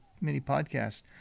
mini-podcast